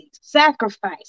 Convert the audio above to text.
sacrifice